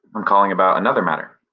i'm calling about another matter.